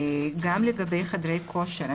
גם לגבי חדרי כושר,